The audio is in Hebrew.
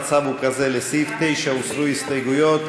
המצב הוא כזה: לסעיף 9 הוסרו הסתייגויות.